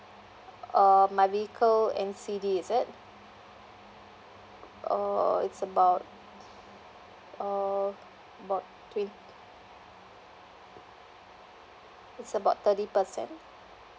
uh my vehicle N_C_D is it uh it's about uh about twen~ it's about thirty percent